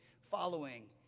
following